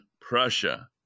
Prussia